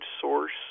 source